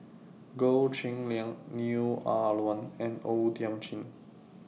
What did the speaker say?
Goh Cheng Liang Neo Ah Luan and O Thiam Chin